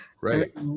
Right